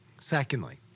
Secondly